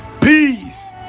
peace